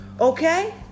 Okay